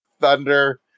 Thunder